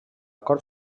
cort